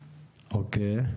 אוקיי,